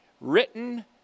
written